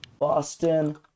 Boston